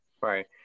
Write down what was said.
Right